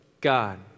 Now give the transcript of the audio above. God